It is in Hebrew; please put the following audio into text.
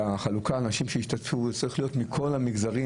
החלוקה למי שישתתפו בהדלקה צריכה להיות לאנשים מכל המגזרים.